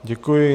Děkuji.